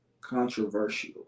controversial